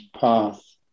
path